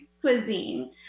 cuisine